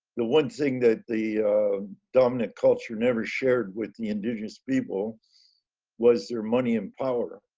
the one thing that the dominant culture never shared with the indigenous people was their money and power.